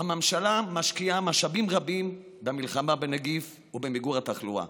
הממשלה משקיעה משאבים רבים במלחמה בנגיף ובמיגור התחלואה,